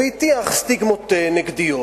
והטיח סטיגמות נגדיות.